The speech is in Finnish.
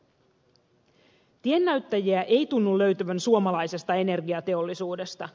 tiennäyttäjiä ei tunnu löytyvän suomalaisesta energiateollisuudesta